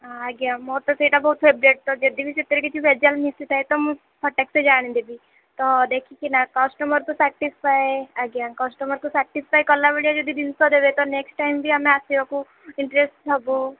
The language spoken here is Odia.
ଆ ଆଜ୍ଞା ମୋର ତ ସେଇଟା ବହୁତ ଫେବରାଇଟ୍ ତ ଯଦି ବି ସେଥିରେ କିଛି ଭେଜାଲ୍ ମିଶି ଥାଏ ତ ମୁଁ ଫଟାକ୍ ସେ ଜାଣି ଦେବି ତ ଦେଖିକିନା କଷ୍ଟମର୍କୁ ସାଟିସ୍ଫାଏ ଆଜ୍ଞା କଷ୍ଟମର୍କୁ ସାଟିସ୍ଫାଏ କଲା ଭଳିଆ ଯଦି ଜିନିଷ ଦେବେ ତ ନେକ୍ସଟ୍ ଟାଇମ୍ ବି ଆମେ ଆସିବାକୁ ଇଣ୍ଟରେଷ୍ଟ୍ ହେବୁ